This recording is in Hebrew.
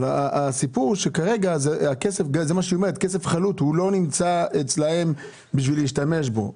הסיפור הוא שכרגע הכסף החלוט לא נמצא אצלם בשביל להשתמש בו.